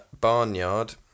Barnyard